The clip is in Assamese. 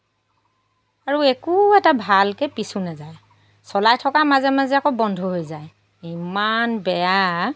আৰু একো এটা ভালকৈ পিচোঁ নাযায় চলাই থকাৰ মাজে মাজে আকৌ বন্ধ হৈ যায় ইমান বেয়া